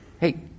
Hey